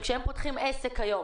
כשהם פותחים עסק כיום,